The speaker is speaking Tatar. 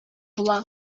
була